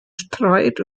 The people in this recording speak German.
streit